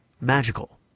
magical